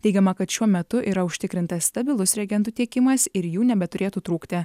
teigiama kad šiuo metu yra užtikrintas stabilus reagentų tiekimas ir jų nebeturėtų trūkti